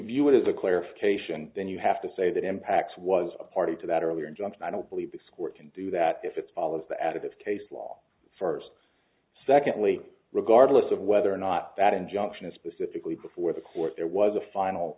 view it as a clarification then you have to say that impacts was a party to that earlier jump and i don't believe this court can do that if it follows the additive case law first secondly regardless of whether or not that injunction is specifically before the court there was a final